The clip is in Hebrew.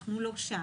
אנחנו לא שם.